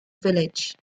village